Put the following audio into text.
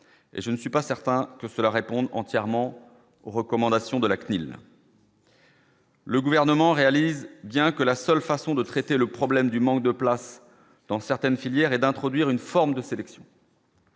je ne suis pas certain que cela réponde entièrement aux recommandations de la CNIL. Le gouvernement réalise bien que la seule façon de traiter le problème du manque de place dans certaines filières et d'introduire une forme de sélection.